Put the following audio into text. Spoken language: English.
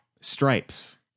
Stripes